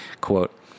quote